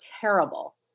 terrible